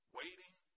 waiting